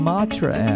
Matra